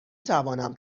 توانم